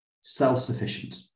self-sufficient